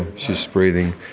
she's breathing.